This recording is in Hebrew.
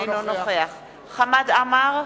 אינו נוכח חמד עמאר,